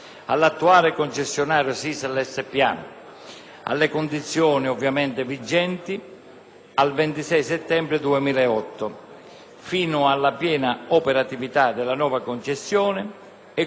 alle condizioni vigenti al 26 settembre 2008 fino alla piena operatività della nuova concessione e, comunque, non oltre il 1° luglio 2009.